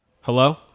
Hello